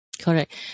Correct